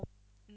mm